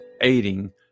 aiding